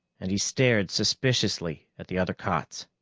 and he stared suspiciously at the other cots.